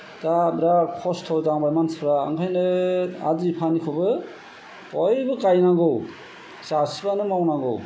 दा बिराद खस्त' जाबाय मानसिफ्रा ओंखायनो आदि फानिखौबो बयबो गायनांगौ जासिबानो मावनांगौ